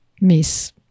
miss